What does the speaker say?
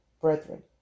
brethren